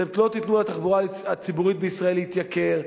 שאתם לא תיתנו לתחבורה הציבורית בישראל להתייקר,